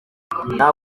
nta